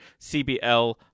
CBL